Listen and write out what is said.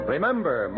Remember